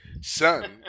son